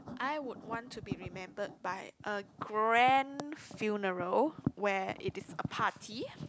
I would want to be remembered by a grand funeral where it is a party